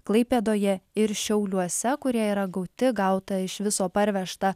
klaipėdoje ir šiauliuose kurie yra gauti gauta iš viso parvežta